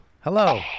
hello